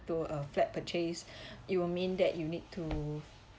to a flat purchase it will mean that you need to